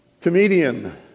comedian